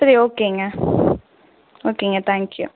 சரி ஓகேங்க ஓகேங்க தேங்க் யூ